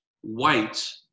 white